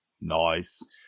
Nice